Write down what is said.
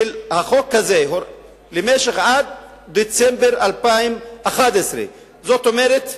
החוק הזה עד דצמבר 2011. זאת אומרת,